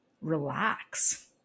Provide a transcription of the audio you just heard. relax